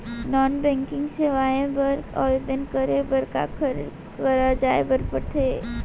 non banking सेवाएं बर आवेदन करे बर काखर करा जाए बर परथे